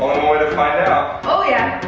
to find out. oh yeah,